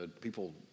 People